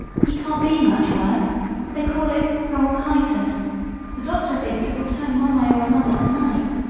he can't be much worse they call it bronchitis the doctor thinks it will turn one way or another to-night.